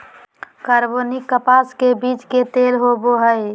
कार्बनिक कपास के बीज के तेल होबो हइ